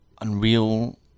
Unreal